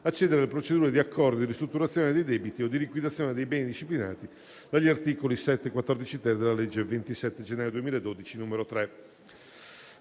accedere alle procedure di accordo di ristrutturazione dei debiti o di liquidazione dei beni disciplinati dagli articoli 7 e 14-*ter* della legge 27 gennaio 2012, n. 3.